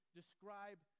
describe